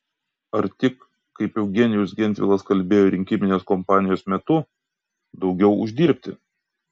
ar tik kaip eugenijus gentvilas kalbėjo rinkiminės kompanijos metu daugiau uždirbti